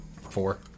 Four